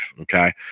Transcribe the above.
Okay